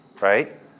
right